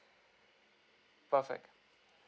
perfect